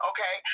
Okay